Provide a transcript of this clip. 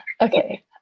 Okay